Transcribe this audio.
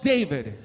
David